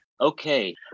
Okay